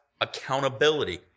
accountability